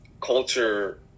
culture